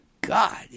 God